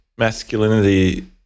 Masculinity